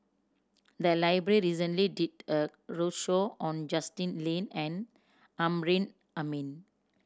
the library recently did a roadshow on Justin Lean and Amrin Amin